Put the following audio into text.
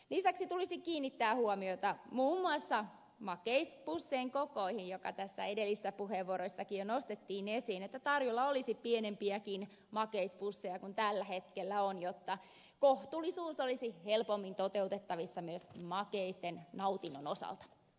lisäksi tulisi kiinnittää huomiota muun muassa makeispussien kokoihin jotka edellisissä puheenvuoroissakin jo nostettiin esiin että tarjolla olisi pienempiäkin makeispusseja kuin tällä hetkellä on jotta kohtuullisuus olisi helpommin toteutettavissa myös makeisten nautinnon osalta